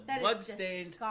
bloodstained